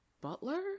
butler